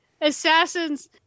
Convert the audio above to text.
assassins